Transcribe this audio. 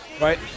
Right